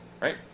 right